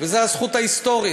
וזו הזכות ההיסטורית.